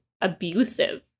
abusive